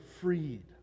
freed